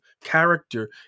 character